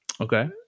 Okay